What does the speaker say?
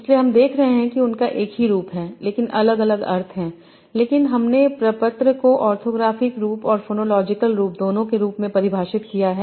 इसलिए हम देख रहे हैं कि उनका एक ही रूप है लेकिन अलग अलग अर्थ हैं लेकिन हमने प्रपत्र को ऑर्थोग्राफी रूप और फोनोलॉजिकल रूप दोनों के रूप में परिभाषित किया है